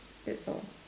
that's all